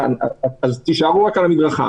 תישארו רק על המדרכה,